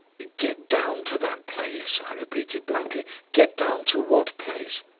get down to that place? i repeated blankly. get down to what place?